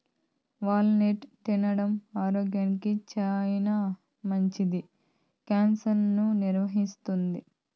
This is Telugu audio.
వాల్ నట్ తినడం ఆరోగ్యానికి చానా మంచిది, క్యాన్సర్ ను నివారిస్తాది